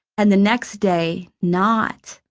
and the next day not.